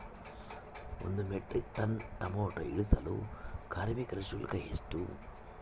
ಒಂದು metric ton tomato ಇಳಿಸಲು ಕಾರ್ಮಿಕರ ಶುಲ್ಕ ಎಷ್ಟು?